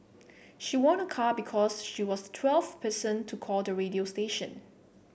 she won a car because she was the twelfth person to call the radio station